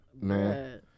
man